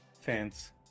Fans